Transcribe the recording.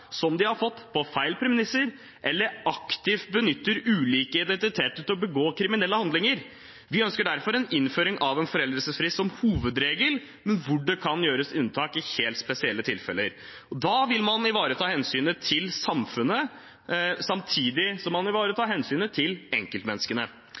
som de har fått på feil premisser, eller aktivt benytter ulike identiteter til å begå kriminelle handlinger. Vi ønsker derfor en innføring av en foreldelsesfrist som hovedregel, men at det kan gjøres unntak i helt spesielle tilfeller. Da vil man ivareta hensynet til samfunnet samtidig som man